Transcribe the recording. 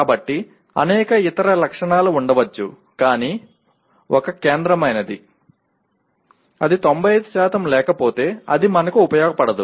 కాబట్టి అనేక ఇతర లక్షణాలు ఉండవచ్చు కానీ ఒక కేంద్రమైనది అది 95 లేకపోతే అది మనకు ఉపయోగపడదు